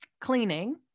cleaning